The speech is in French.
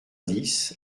dix